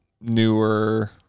newer